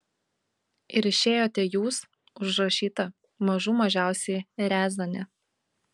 ir išėjote jūs užrašyta mažų mažiausiai riazanė